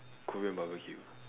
korean barbecue